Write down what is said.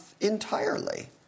entirely